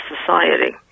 society